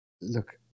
Look